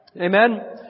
Amen